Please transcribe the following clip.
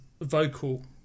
vocal